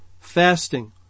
fasting